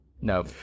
No